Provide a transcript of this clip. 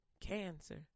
cancer